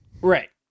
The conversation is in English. Right